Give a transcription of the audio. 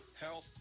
health